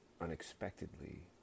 unexpectedly